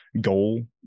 goal